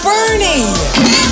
Bernie